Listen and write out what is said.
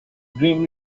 grim